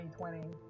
2020